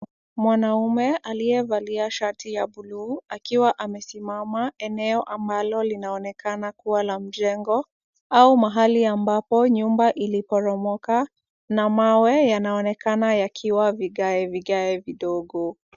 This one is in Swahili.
Mwanaume aliyevalia shati ya buluu akiwa amesimama eneo ambalo linaonekana kuwa la mjengo au mahali ambapo nyumba iliporomoka na mawe yanaonekana yakiwa vigae vigae vidogo.